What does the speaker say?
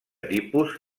tipus